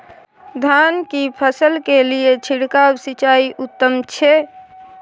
धान की फसल के लिये छिरकाव सिंचाई उत्तम छै?